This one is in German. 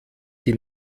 die